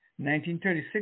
1936